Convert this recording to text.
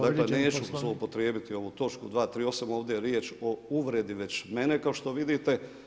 Dakle neću zloupotrijebiti ovu točku 238. ovdje je riječ o uvredi već mene kao što vidite.